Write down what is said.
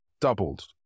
doubled